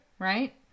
right